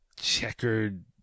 checkered